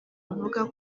bavuga